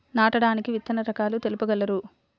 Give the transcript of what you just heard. నాటడానికి విత్తన రకాలు తెలుపగలరు?